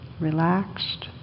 Relaxed